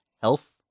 health